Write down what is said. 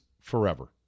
forever